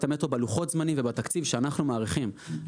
המטרו בלוחות הזמנים ובתקציב שאנחנו מעריכים.